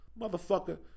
motherfucker